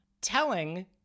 telling